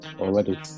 already